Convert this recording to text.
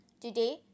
Today